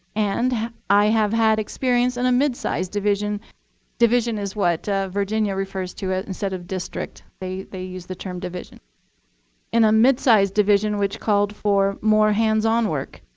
and i have had experience in a mid-sized division division is what ah virginia refers to instead of district, they they use the division in a mid-sized division which called for more hands on work.